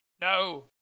No